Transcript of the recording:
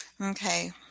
Okay